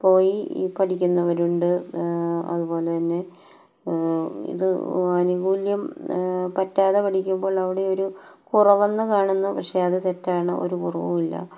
പോയി ഈ പഠിക്കുന്നവരുണ്ട് അതുപോലെത്തന്നെ ഇത് അനുകൂല്യം പറ്റാതെ പഠിക്കുമ്പോൾ അവിടെയൊരു കുറവെന്ന് കാണുന്നു പക്ഷെ അത് തെറ്റാണ് ഒരു കുറവുമില്ല